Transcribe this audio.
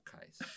case